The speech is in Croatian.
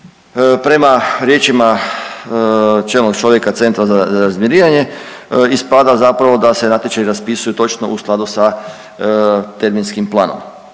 prema riječima čelnog čovjeka Centra za razminiranje ispada zapravo da se natječaji raspisuju točno u skladu sa terminskim planom